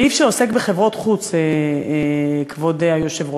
סעיף שעוסק בחברות-חוץ, כבוד היושב-ראש.